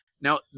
Now